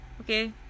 Okay